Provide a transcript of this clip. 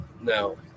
no